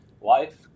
life